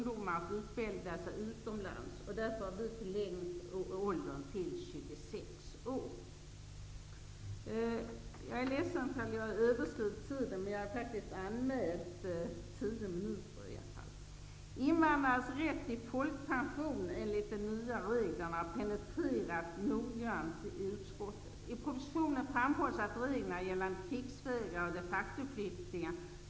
Det blev nödvändigt 1988 vid förändringarna av änkepensionen.